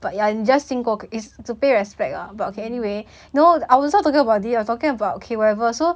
but ya it just didn't work is to pay respect um no I was forgot about you about